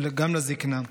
גם לזקנה,